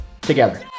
together